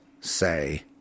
say